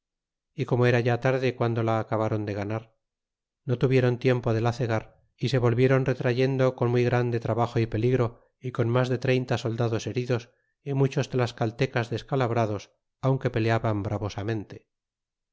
y como era ya tarde guando la acab ron de ganar no tuviéron tiempo de la cegar y se volviéron retrayendo con muy grande trabajo y peligro y con mas de treinta soldados heridos y muchos tlascaltecas descalabrados aunque peleaban